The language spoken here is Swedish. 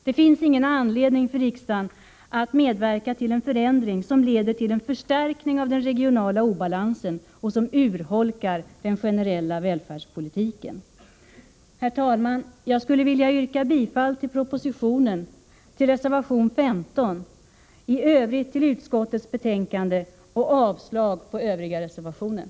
Det finns ingen anledning för riksdagen att medverka till en förändring som leder till en förstärkning av den regionala obalansen och som urholkar den generella välfärdspolitiken. Herr talman! Jag skulle vilja yrka bifall till propositionen och till reservation 15. I övrigt yrkar jag bifall till utskottets hemställan och avslag på de övriga reservationerna.